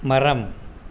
மரம்